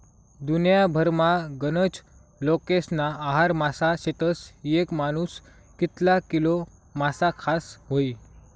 दुन्याभरमा गनज लोकेस्ना आहार मासा शेतस, येक मानूस कितला किलो मासा खास व्हयी?